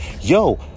yo